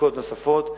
בדיקות נוספות.